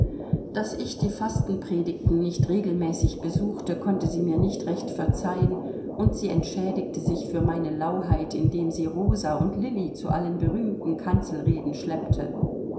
daß ich die fastenpredigten nicht regelmäßig besuchte konnte sie mir nicht recht verzeihen und sie entschädigte sich für meine lauheit indem sie rosa und lilli zu allen berühmten kanzelrednern schleppte